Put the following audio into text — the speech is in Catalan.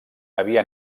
havia